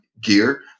gear